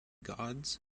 gods